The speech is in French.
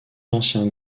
ancien